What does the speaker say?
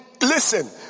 Listen